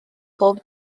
bob